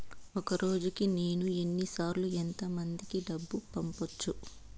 ఒక రోజుకి నేను ఎన్ని సార్లు ఎంత మందికి డబ్బులు పంపొచ్చు?